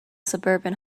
suburban